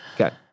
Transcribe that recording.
Okay